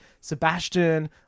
sebastian